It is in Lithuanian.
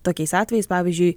tokiais atvejais pavyzdžiui